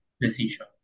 decision